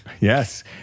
Yes